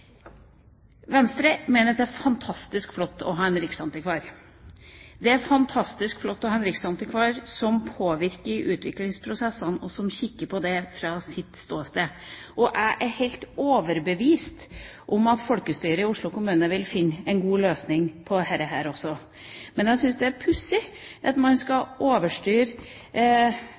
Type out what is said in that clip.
riksantikvar. Det er fantastisk flott å ha en riskantikvar som påvirker i utviklingsprosessen, og som kikker på det fra sitt ståsted. Jeg er helt overbevist om at folkestyret i Oslo kommune vil finne en god løsning på dette også. Men jeg syns det er pussig at man skal overstyre